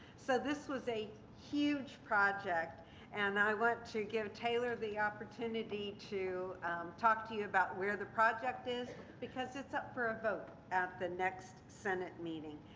so this was a huge project and i want to give taylor the opportunity to talk to you about where the project is because it's up for a vote at the next senate meeting.